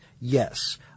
Yes